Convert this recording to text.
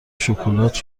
شکلات